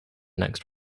next